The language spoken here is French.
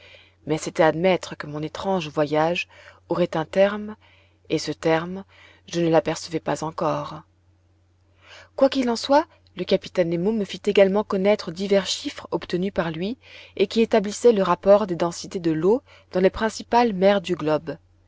mais c'était admettre que mon étrange voyage aurait un terme et ce terme je ne l'apercevais pas encore quoi qu'il en soit le capitaine nemo me fit également connaître divers chiffres obtenus par lui et qui établissaient le rapport des densités de l'eau dans les principales mers du globe